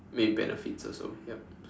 maybe benefits also yup